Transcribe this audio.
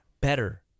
better